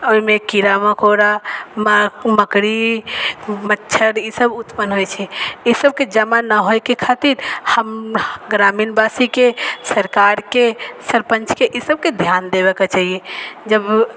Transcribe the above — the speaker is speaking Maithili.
ओहिमे कीड़ा मकोड़ा मकड़ी मच्छर ईसब उत्पन्न होइ छै ईसब के जमा न होइ के खातिर हम ग्रामीण बासी के सरकार के सरपंच के ईसबके ध्यान देबऽ के चाहिए जब